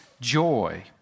joy